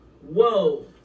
whoa